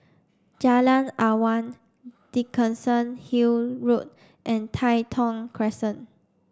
Jalan Awang Dickenson Hill Road and Tai Thong Crescent